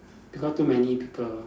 because too many people